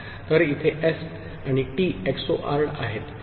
तर इथे एस आणि टी एक्सोरेड आहेत